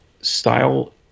style